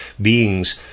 beings